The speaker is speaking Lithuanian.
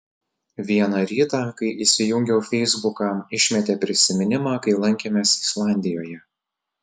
vieną rytą kai įsijungiau feisbuką išmetė prisiminimą kai lankėmės islandijoje